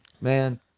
man